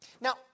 Now